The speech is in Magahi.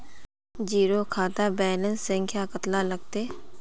जीरो खाता बैलेंस संख्या कतला लगते?